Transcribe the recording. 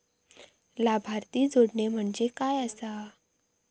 लाभार्थी जोडणे म्हणजे काय आसा?